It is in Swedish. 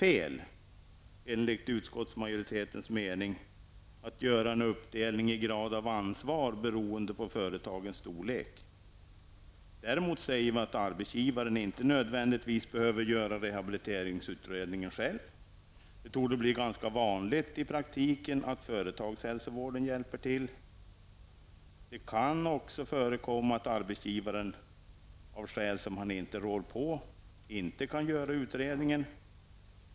Enligt utskottsmajoritetens mening vore det dock fel att göra en uppdelning i graden av ansvar beroende på företagens storlek. Vi säger däremot inte att arbetsgivaren nödvändigtvis behöver göra rehabiliteringsutredningen själv. I praktiken torde det bli ganska vanligt att företagshälsovården hjälper till. Det kan också förekomma att arbetsgivaren inte kan göra utredningen själv av skäl som han inte råder över.